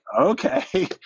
okay